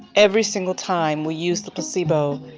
every single time we used the placebo,